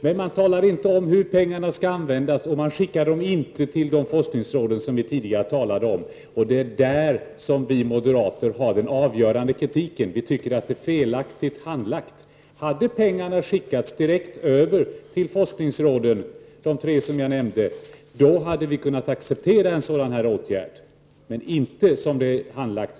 Men man talar inte om hur pengarna skall användas och man skickar dem inte till de forskningsråd som vi tidigare talade om. Det är där som vi moderater har den avgörande kritiken. Vi tycker att handläggningen är felaktig. Om pengarna hade skickats direkt över till de tre forskningsråden som jag nämnde hade vi kunnat acceptera den här åtgärden, men det kan vi inte som det nu har handlagts.